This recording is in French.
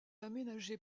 aménagé